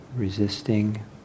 resisting